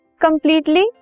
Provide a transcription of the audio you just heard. completely